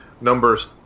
numbers